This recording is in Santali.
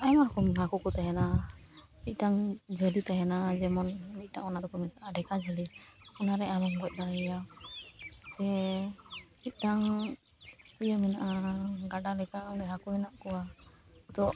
ᱟᱭᱢᱟ ᱨᱚᱠᱚᱢ ᱦᱟᱹᱠᱩ ᱠᱚ ᱛᱟᱦᱮᱱᱟ ᱢᱤᱫᱴᱟᱝ ᱡᱷᱟᱹᱞᱤ ᱛᱟᱦᱮᱱᱟ ᱡᱮᱢᱚᱱ ᱢᱤᱫᱴᱟᱝ ᱚᱱᱟ ᱫᱚᱠᱚ ᱢᱮᱛᱟᱜᱼᱟ ᱰᱷᱮᱠᱟ ᱡᱷᱟᱹᱞᱤ ᱚᱱᱟᱨᱮ ᱟᱢᱮᱢ ᱜᱚᱡ ᱫᱟᱲᱮᱭᱟᱭᱟ ᱥᱮ ᱢᱤᱫᱴᱟᱝ ᱤᱭᱟᱹ ᱢᱮᱱᱟᱜᱼᱟ ᱜᱟᱰᱟ ᱞᱮᱠᱟ ᱚᱸᱰᱮ ᱦᱟᱹᱠᱩ ᱢᱮᱱᱟᱜ ᱠᱚᱣᱟ ᱛᱚ